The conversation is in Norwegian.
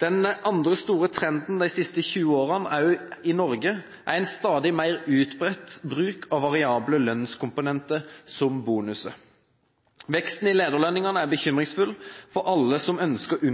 Den andre store trenden de siste 20 årene, også i Norge, er en stadig mer utbredt bruk av variable lønnskomponenter som bonuser. Veksten i lederlønningene er bekymringsfull for alle som ønsker